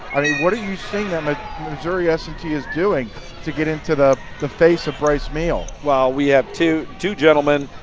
i mean what do you see that ah missouri s and t is doing to get into the the face of bryce meehl? well we have two two gentlemen,